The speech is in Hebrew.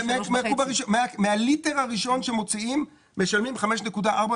--- מהליטר הראשון שמוציאים משלמים 5.4,